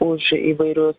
už įvairius